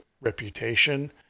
reputation